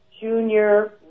junior